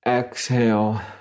Exhale